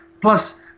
plus